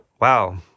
Wow